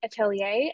Atelier